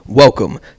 Welcome